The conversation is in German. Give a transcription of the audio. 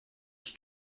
ich